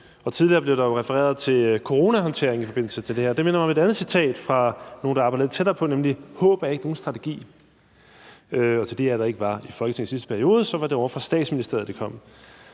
tidligere blev der refereret til coronahåndteringen i forbindelse med det her. Det minder mig om et andet citat fra nogen, der arbejder lidt tættere på, nemlig: »Håb er ikke nogen strategi.« Til dem, der ikke var i Folketinget i sidste periode, var det ovre fra Statsministeriet, at det kom,